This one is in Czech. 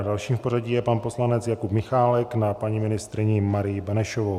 Dalším v pořadí je pan poslanec Jakub Michálek na paní ministryni Marii Benešovou.